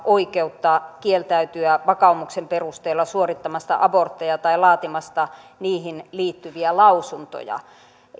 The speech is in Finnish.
oikeutta kieltäytyä vakaumuksen perusteella suorittamasta abortteja tai laatimasta niihin liittyviä lausuntoja